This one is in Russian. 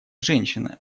женщина